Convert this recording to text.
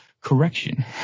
correction